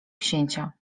księcia